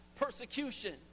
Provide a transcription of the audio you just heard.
persecution